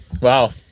Wow